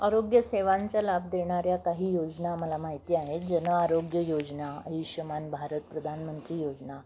आरोग्य सेवांच्या लाभ देणाऱ्या काही योजना मला माहिती आहेत जन आरोग्य योजना आयुष्यमान भारत प्रधानमंत्री योजना